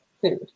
food